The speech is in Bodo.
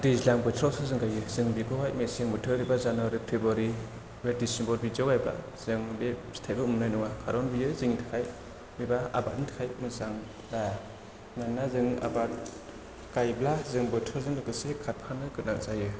दैज्लां बोथोरावसो जों गायो जों बेखौहाय मेसें बोथोर एबा जानुवारी फेब्रुवारी बे दिसेम्बर बिदियाव गायब्ला जों बे फिथाइखौ मोननाय नङा खारन बेयो जोंनि थाखाय एबा आबादनि थाखाय मोजां जाया मानोना जों आबाद गायब्ला जों बोथोरजों लोगोसे खारफानो गोनां जायो